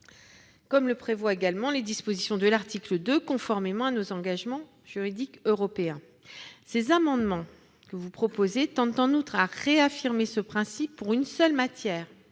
comme le prévoient également les dispositions de l'article 2, conformément à nos engagements juridiques européens. En outre, ces amendements ont pour objet de réaffirmer ce principe pour une seule matière,